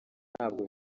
ntabwo